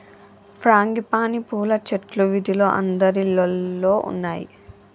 frangipani పూల చెట్లు వీధిలో అందరిల్లల్లో ఉన్నాయి